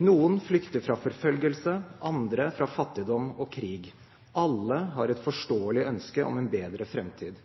Noen flykter fra forfølgelse, andre fra fattigdom og krig. Alle har et forståelig ønske om en bedre framtid.